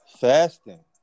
fasting